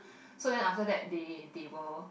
so then after that they they will